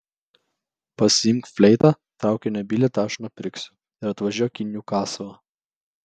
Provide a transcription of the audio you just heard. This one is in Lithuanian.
pasiimk fleitą traukinio bilietą aš nupirksiu ir atvažiuok į niukaslą